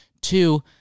Two